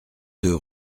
deux